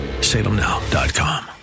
Salemnow.com